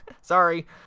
sorry